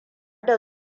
da